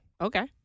Okay